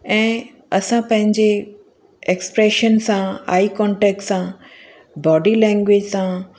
ऐं असां पंहिंजे एक्स्प्रेशन सां आई कॉन्टैक्ट सां बॉडी लैंग्वेज सां